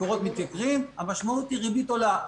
מקורות מתייקרים, והמשמעות היא שהריבית עולה.